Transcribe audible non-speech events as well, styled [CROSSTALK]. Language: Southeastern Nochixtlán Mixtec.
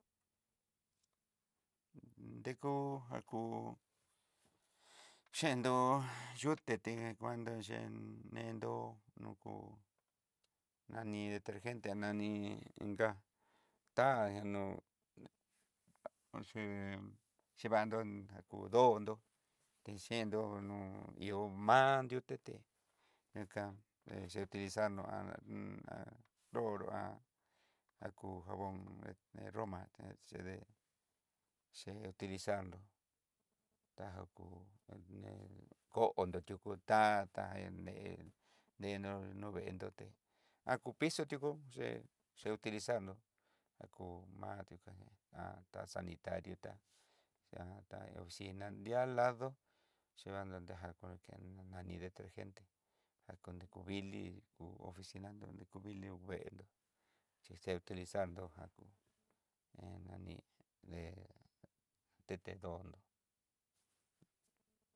Dekú njakú, yendó yuté té kuandó yé néndo doko nani detergente nani, inga tá yanú ché chevandó ndakú nrodo, té yendó ihó man'an di'ó té tete, anká techeti xandó ana ju [HESITATION] ó lo [HESITATION] jabón esté roma té chedé ché utilizar nró ta jokú kuné koó, nritiutó ta tá ené nreró nruveendoté, a kú pizo tu ché ché utilizar nró [HESITATION] maa'a tukaña [HESITATION] xaní tanri'a tá oxiná nría alado chevaní nriajan nani detergente akú dikon vilii kú oficina ndode kú vilió veendó chí se utilizar nró ngakú en nani dé'e teté dondó.